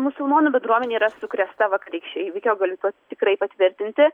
musulmonų bendruomenė yra sukrėsta vakarykščio įvykio galiu tuo tikrai patvirtinti